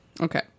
Okay